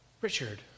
Richard